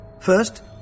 First